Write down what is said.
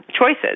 choices